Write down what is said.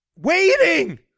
waiting